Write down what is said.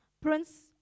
prince